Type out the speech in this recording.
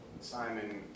Simon